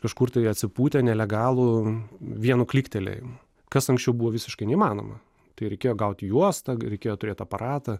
iš kažkur tai atsipūtę nelegalų vienu klyktelėjimu kas anksčiau buvo visiškai neįmanoma tai reikėjo gauti juostą reikėjo turėt aparatą